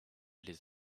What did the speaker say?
les